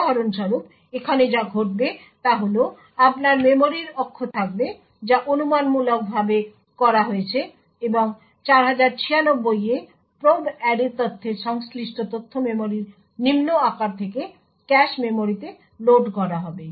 উদাহরণস্বরূপ এখানে যা ঘটবে তা হল আপনার মেমরির অক্ষ থাকবে যা অনুমানমূলকভাবে করা হয়েছে এবং 4096 এ প্রোব অ্যারে তথ্যের সংশ্লিষ্ট তথ্য মেমরির নিম্ন আকার থেকে ক্যাশ মেমরিতে লোড করা হবে